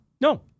No